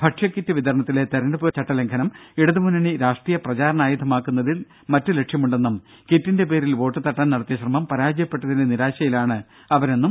ഭക്ഷ്യ കിറ്റ് വിതരണത്തിലെ തെരഞ്ഞെടുപ്പ് ചട്ടലംഘനം ഇടതു മുന്നണി രാഷ്ടീയ പ്രചരണായുധമാക്കുന്നതിൽ മറ്റു ലക്ഷ്യമുണ്ടെന്നും കിറ്റിന്റെ പേരിൽ വോട്ട് തട്ടാൻ നടത്തിയ ശ്രമം പരാജയപ്പെട്ടതിന്റെ നിരാശയിലാണ് അവരെന്നും വി